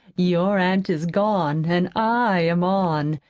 your aunt is gone, an' i'm on,